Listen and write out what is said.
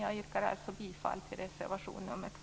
Jag yrkar alltså bifall till reservation nr 2.